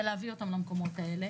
כדי להביא אותם למקומות האלה